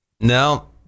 No